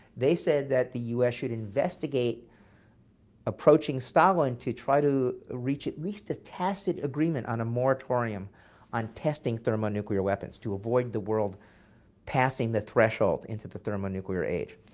they said that the us should investigate approaching stalin, to try to reach at least a tacit agreement on a moratorium on testing thermonuclear weapons to avoid the world passing the threshold into the thermonuclear age.